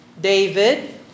David